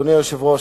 אדוני היושב-ראש,